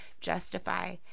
justify